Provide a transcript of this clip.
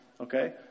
Okay